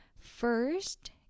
first